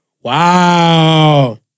Wow